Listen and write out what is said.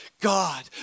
God